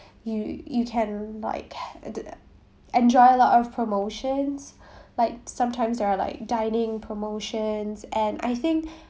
you you can like ha~ enjoy a lot of promotions like sometimes there are like dining promotions and I think